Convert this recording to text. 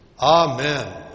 Amen